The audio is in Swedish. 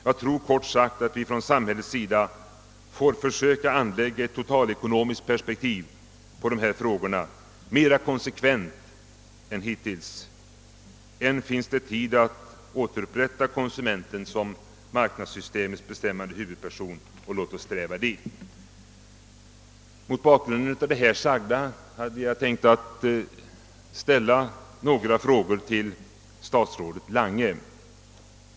Jag tror kort sagt att vi från samhällets sida mer konsekvent än hittills får försöka anlägga ett totalekonomiskt perspektiv på dessa frågor. Än finns det tid att återupprätta konsumenten som marknadssystemets bestämmande huvudperson. Låt oss sträva dit! Mot bakgrunden av det sagda hade jag tänkt att ställa några frågor till statsrådet Lange.